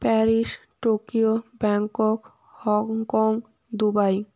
Paris Tokyo Bangkok Hong Kong Dubai